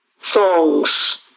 songs